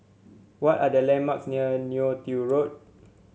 what are the landmarks near Neo Tiew Road